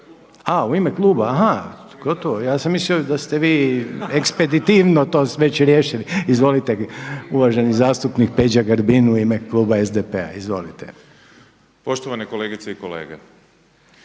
Aha, u ime kluba. Gotovo. Ja sam mislio da ste vi ekspeditivno to već riješili. Izvolite uvaženi zastupnik Peđa Grbin u ime kluba SDP-a. Izvolite. **Grbin, Peđa (SDP)** Poštovane kolegice i kolege,